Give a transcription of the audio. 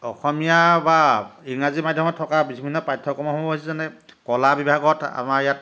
অসমীয়া বা ইংৰাজী মাধ্যমত থকা বিভিন্ন পাঠ্যক্ৰম সমূহ হৈছে যেনে কলা বিভাগত আমাৰ ইয়াত